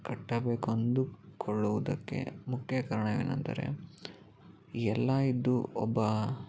ಕಟ್ಟಬೇಕೆಂದುಕೊಳ್ಳುವುದಕ್ಕೆ ಮುಖ್ಯ ಕಾರಣವೇನೆಂದರೆ ಎಲ್ಲ ಇದ್ದು ಒಬ್ಬ